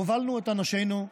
הובלנו את אנשינו,